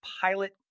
Pilot